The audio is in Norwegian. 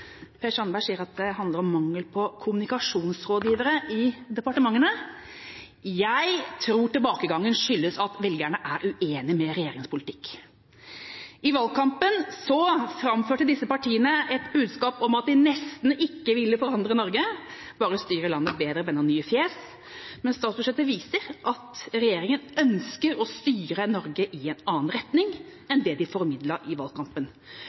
Per Sandberg sier at det handler om mangel på kommunikasjonsrådgivere i departementene. Jeg tror tilbakegangen skyldes at velgerne er uenig i regjeringas politikk. I valgkampen framførte disse partiene et budskap om at de nesten ikke ville forandre Norge, bare styre landet bedre, med noen nye fjes. Men statsbudsjettet viser at regjeringa ønsker å styre Norge i en annen retning enn det de formidlet i valgkampen.